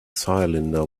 cylinder